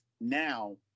now